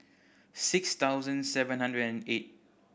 six thousand seven hundred and eight